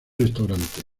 restaurante